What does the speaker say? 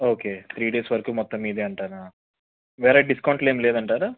okay three days వరకు మొత్తం మీదే అంటారా వేరే డిస్కౌంట్లు ఏమి లేదంటారా